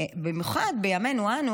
במיוחד בימינו אנו,